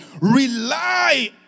rely